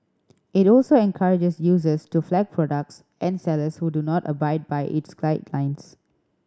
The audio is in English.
it also encourages users to flag products and sellers who do not abide by its guidelines